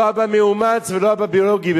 לא אבא מאומץ ולא אבא ביולוגי,